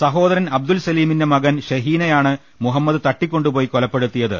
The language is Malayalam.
സഹോദരൻ അബ്ദുൽ സലീമിന്റെ മകൻ ഷഹീനെയാണ് മുഹമ്മദ് തട്ടികൊണ്ടുപോയി കൊലപ്പെടുത്തിയത്